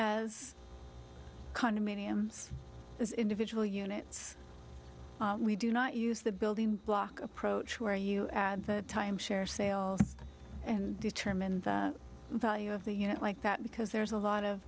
as condominiums as individual units we do not use the building block approach where you add the timeshare sales and determine the value of the unit like that because there's a lot of